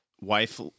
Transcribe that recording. Wife